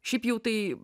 šiaip jau tai